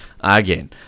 again